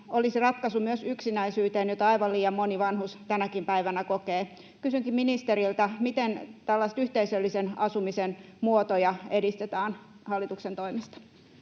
olisi ratkaisu myös yksinäisyyteen, jota aivan liian moni vanhus tänäkin päivänä kokee. Kysynkin ministeriltä: miten tällaisia yhteisöllisen asumisen muotoja edistetään hallituksen toimesta?